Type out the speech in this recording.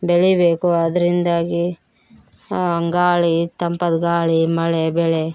ಬೆಳಿಬೇಕು ಅದ್ರಿಂದಾಗಿ ಆ ಗಾಳಿ ತಂಪಾದ ಗಾಳಿ ಮಳೆ ಬೆಳೆ